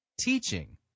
teaching